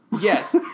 Yes